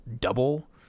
double